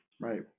right